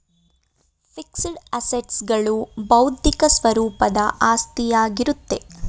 fixed assets ಗಳು ಬೌದ್ಧಿಕ ಸ್ವರೂಪದ ಆಸ್ತಿಯಾಗಿರುತ್ತೆ